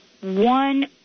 one